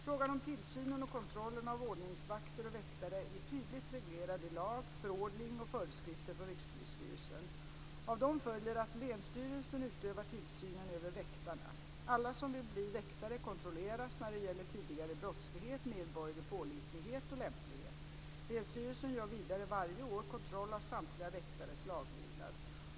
Frågan om tillsynen och kontrollen av ordningsvakter och väktare är tydligt reglerad i lag, förordning och föreskrifter från Rikspolisstyrelsen. Av dessa följer att länsstyrelsen utövar tillsynen över väktarna. Alla som vill bli väktare kontrolleras när det gäller tidigare brottslighet, medborgerlig pålitlighet och lämplighet. Länsstyrelsen gör vidare varje år kontroll av samtliga väktares laglydnad.